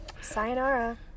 Sayonara